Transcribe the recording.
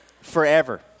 forever